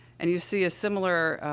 and you see a similar,